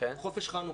חופש חנוכה,